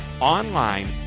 online